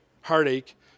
heartache